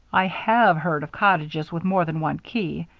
i have heard of cottages with more than one key.